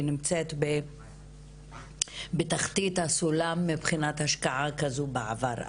נמצאת בתחתית הסולם מבחינת השקעה כזאת בעבר.